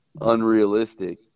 unrealistic